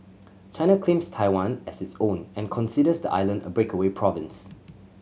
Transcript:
China claims Taiwan as its own and considers the island a breakaway province